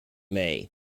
may